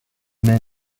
mai